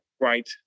right